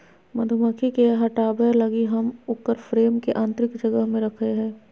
मधुमक्खी के हटाबय लगी हम उकर फ्रेम के आतंरिक जगह में रखैय हइ